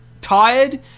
Tired